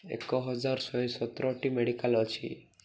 ଏକ ହଜାର ଶହେ ସତରଟି ମେଡ଼ିକାଲ୍ ଅଛି